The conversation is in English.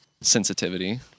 Sensitivity